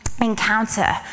Encounter